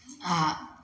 आ